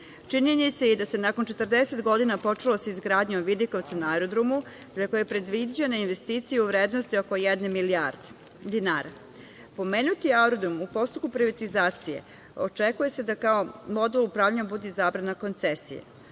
je da se nakon 40 godina počelo sa izgradnjom vidikovca na aerodromu, za koji je predviđena investicija oko jedne milijarde dinara. Pomenuti aerodrom u postupku privatizacije, očekuje se da kao model upravljanja izabrana koncesija.